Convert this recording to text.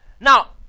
Now